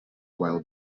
while